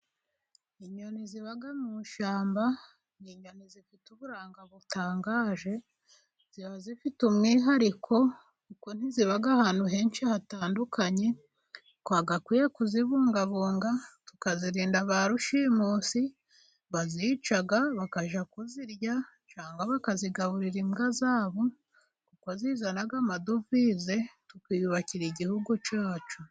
Inyoni ziba mu mashyamba ni inyoni zifite uburanga butangaje. Ziba zifite umwihariko kuko ntiziba ahantu henshi hatandukanye, twagakwiye kuzibungabunga tukazirinda ba rushimusi bazica bakajya kuzirya cyangwa bakazigaburira imbwa zabo, kuko zizana amadovize tukiyubakira igihugu cyacu.